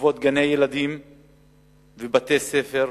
בסביבות גני-ילדים ובתי-ספר,